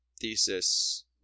thesis